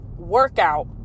workout